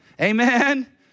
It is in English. Amen